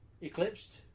eclipsed